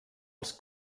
els